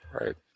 Right